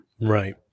Right